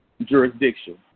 jurisdiction